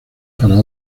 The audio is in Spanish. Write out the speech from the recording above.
para